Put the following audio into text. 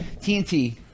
TNT